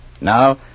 Now